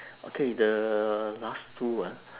okay the last two ah